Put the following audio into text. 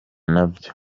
nabyo